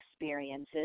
experiences